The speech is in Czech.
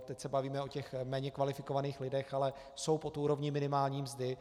Teď se bavíme o těch méně kvalifikovaných lidech, ale jsou pod úrovní minimální mzdy.